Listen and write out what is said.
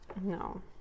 No